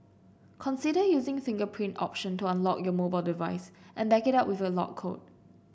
consider using fingerprint option to unlock your mobile device and back it up with a lock code